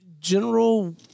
general